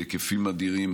בהיקפים אדירים.